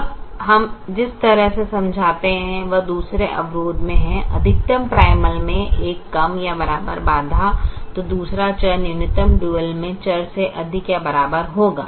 अब हम जिस तरह से समझाते हैं वह दूसरे अवरोध में है अधिकतम प्राइमल में एक कम या बराबर बाधा तो दूसरा चर न्यूनतम डुअल में चर से अधिक या बराबर होगा